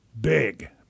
big